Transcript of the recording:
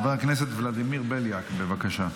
חבר הכנסת ולדימיר בליאק, בבקשה.